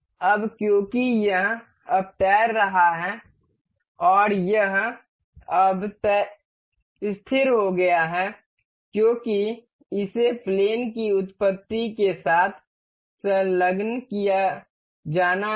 और अब क्योंकि यह अब तैर रहा है और यह अब तय हो गया है क्योंकि इसे प्लेन की उत्पत्ति के साथ संलग्न किया जाना है